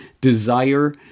desire